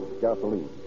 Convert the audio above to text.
gasoline